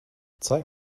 zeig